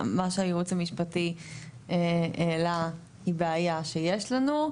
מה שהייעוץ המשפטי העלה זו בעיה שיש לנו,